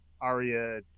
Arya